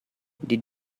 did